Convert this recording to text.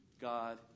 God